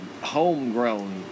homegrown